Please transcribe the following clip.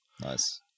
Nice